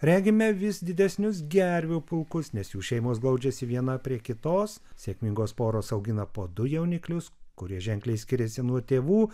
regime vis didesnius gervių pulkus nes jų šeimos glaudžiasi viena prie kitos sėkmingos poros augina po du jauniklius kurie ženkliai skiriasi nuo tėvų